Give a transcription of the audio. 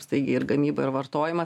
staigiai ir gamyba ir vartojimas